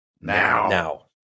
Now